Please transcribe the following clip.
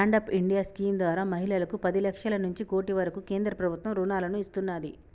stand up India scheme ద్వారా మహిళలకు పది లక్షల నుంచి కోటి వరకు కేంద్ర ప్రభుత్వం రుణాలను ఇస్తున్నాది